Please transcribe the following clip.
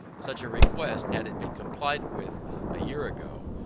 such a request, had it been complied with a year ago,